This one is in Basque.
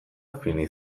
fini